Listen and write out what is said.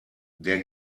der